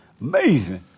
Amazing